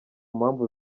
mpamvu